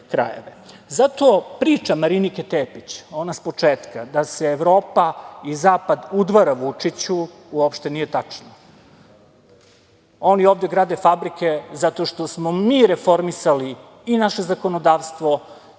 priča Marinike Tepić, ona sa početka, da se Evropa i zapad udvara Vučiću uopšte nije tačna. Oni ovde grade fabrike zato što smo mi reformisali i naše zakonodavstvo